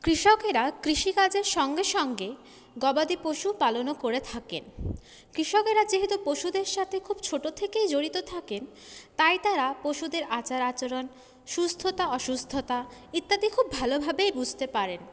কৃষকেরা কৃষিকাজের সঙ্গে সঙ্গে গবাধি পশু পালনও করে থাকেন কৃষকেরা যেহেতু পশুদের সাথে খুব ছোট থেকেই জড়িত থাকেন তাই তারা পশুদের আচার আচরণ সুস্থতা অসুস্থতা ইত্যাদি খুব ভালো ভাবেই বুঝতে পারেন